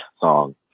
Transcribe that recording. song